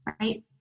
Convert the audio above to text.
right